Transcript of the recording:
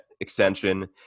extension